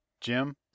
Jim